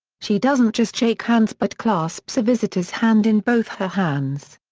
she doesn't just shake hands but clasps a visitor's hand in both her hands.